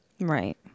Right